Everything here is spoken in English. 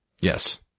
Yes